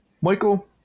Michael